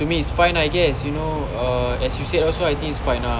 to me it's fine I guess you know uh as you said also I think it's fine ah